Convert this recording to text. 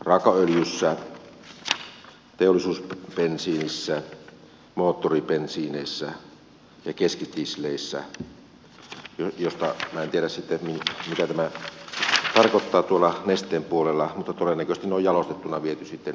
raakaöljyssä teollisuusbensiinissä moottoribensiineissä ja keskitisleissä joista en tiedä sitten mitä tämä tarkoittaa tuolla nesteen puolella mutta todennäköisesti ne on jalostettuina viety sitten ulos täältä myöhemmin